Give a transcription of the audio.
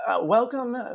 welcome